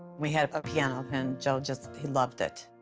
we had a piano, and joe just he loved it.